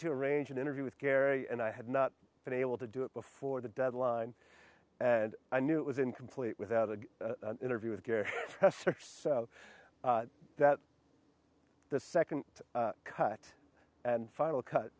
to arrange an interview with gary and i had not been able to do it before the deadline and i knew it was incomplete without an interview with gary so that the second cut and final cut